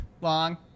Long